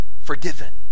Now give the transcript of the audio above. forgiven